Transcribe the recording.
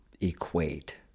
equate